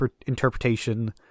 interpretation